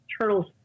Turtles